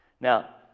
Now